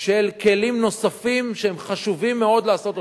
של כלים נוספים, שחשוב מאוד לעשות אותם,